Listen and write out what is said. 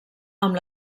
amb